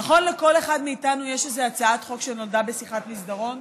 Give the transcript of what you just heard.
נכון שלכל מאיתנו יש איזו הצעת חוק שנולדה בשיחת מסדרון?